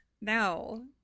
no